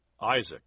Isaac